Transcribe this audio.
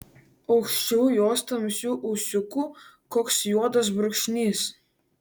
aukščiau jos tamsių ūsiukų koks juodas brūkšnys